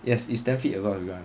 yes it's ten feet above everyone